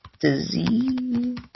Disease